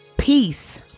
Peace